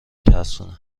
ترسونه